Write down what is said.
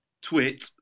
twit